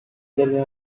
delle